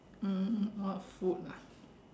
um what food ah